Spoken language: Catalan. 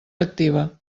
activa